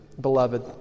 Beloved